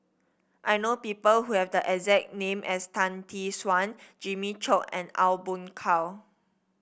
I know people who have the exact name as Tan Tee Suan Jimmy Chok and Aw Boon Haw